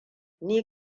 ni